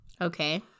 Okay